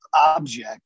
object